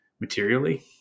materially